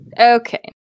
Okay